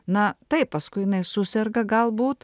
na taip paskui jinai suserga galbūt